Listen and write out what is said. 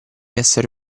esseri